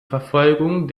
verfolgung